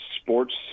sports